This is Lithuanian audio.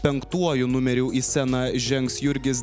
penktuoju numeriu į sceną žengs jurgis